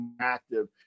active